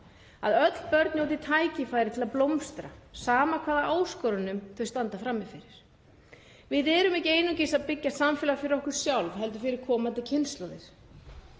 að öll börn fái tækifæri til að blómstra, sama hvaða áskorunum þau standa frammi fyrir. Við erum ekki einungis að byggja samfélag fyrir okkur sjálf heldur fyrir komandi kynslóðir.